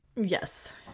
Yes